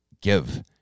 give